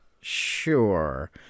sure